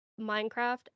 Minecraft